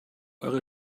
eure